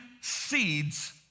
seeds